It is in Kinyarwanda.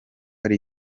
ari